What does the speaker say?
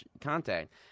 contact